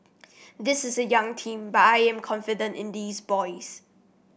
this is a young team but I am confident in these boys